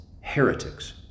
heretics